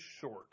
short